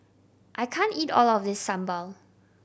I can't eat all of this sambal